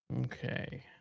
Okay